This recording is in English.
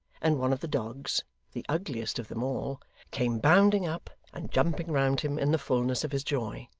and one of the dogs the ugliest of them all came bounding up, and jumping round him in the fulness of his joy.